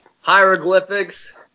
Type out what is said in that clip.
hieroglyphics